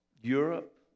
Europe